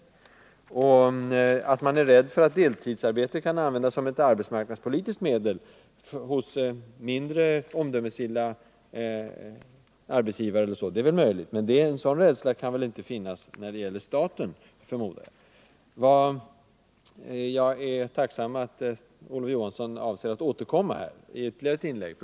Det är möjligt att man är rädd för att deltidsarbetet kan användas som ett arbetsmarknadspolitiskt medel av mindre omdömesgilla arbetsgivare. Men jag förmodar att en sådan rädsla inte finns när det gäller staten. Jag är tacksam för att Olof Johansson avser att återkomma i ett ytterligare inlägg.